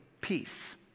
peace